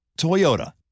Toyota